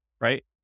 right